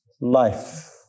life